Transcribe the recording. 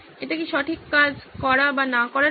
এটা কি সঠিক কাজ করা বা না করার জন্য